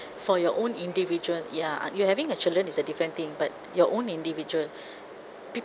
for your own individual ya you having a children is a different thing but your own individual